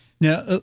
Now